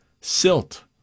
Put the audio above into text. Silt